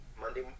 Monday